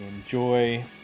Enjoy